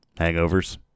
Hangovers